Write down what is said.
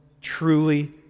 truly